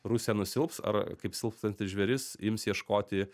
rusija nusilps ar kaip silpstantis žvėris ims ieškoti